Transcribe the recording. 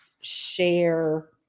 share